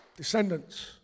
descendants